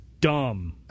dumb